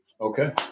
Okay